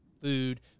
food